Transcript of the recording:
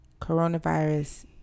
coronavirus